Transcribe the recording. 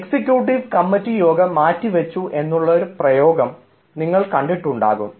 executive committee യോഗം മാറ്റിവച്ചു എന്നുള്ള പ്രയോഗങ്ങൾ നിങ്ങൾ കണ്ടിട്ടുണ്ടാകും